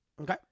Okay